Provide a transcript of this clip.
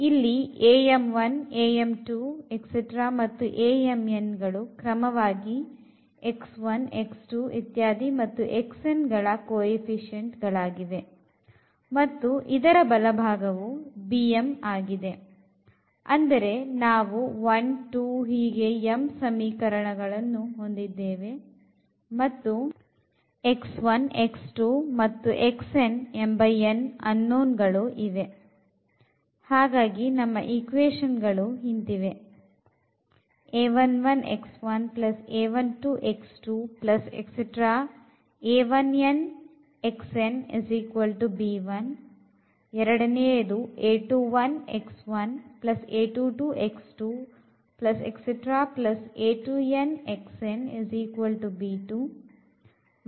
ಇಲ್ಲಿಮತ್ತು ಗಳು ಕ್ರಮವಾಗಿ ಮತ್ತು ಗಳ ಕೋಎಫಿಷಿಎಂಟ್ ಗಳಾಗಿವೆ ಮತ್ತು ಇತರ ಬಲಭಾಗವು ಆಗಿದೆ